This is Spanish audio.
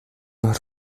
las